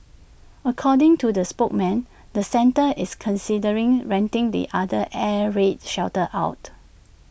according to the spokesman the centre is considering renting the other air raid shelter out